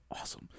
awesome